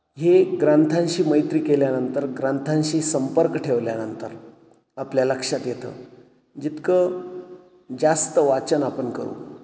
हे ग्रंथांशी मैत्री केल्यानंतर ग्रंथांशी संपर्क ठेवल्यानंतर आपल्या लक्षात येतं जितकं जास्त वाचन आपण करू